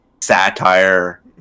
satire